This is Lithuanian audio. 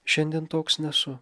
šiandien toks nesu